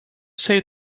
say